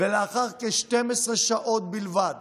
ולאחר כ-12 שעות בלבד